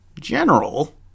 General